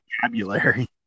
vocabulary